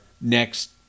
next